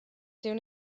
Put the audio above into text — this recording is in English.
soon